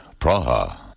Praha